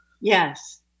Yes